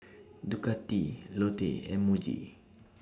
Ducati Lotte and Muji